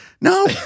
no